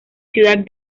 ciudad